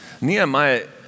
Nehemiah